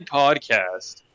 podcast